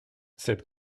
cette